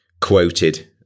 quoted